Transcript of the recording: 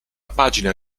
pagina